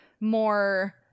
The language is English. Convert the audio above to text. more